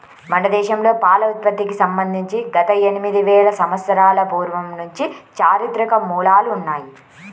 మన దేశంలో పాల ఉత్పత్తికి సంబంధించి గత ఎనిమిది వేల సంవత్సరాల పూర్వం నుంచి చారిత్రక మూలాలు ఉన్నాయి